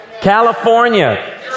California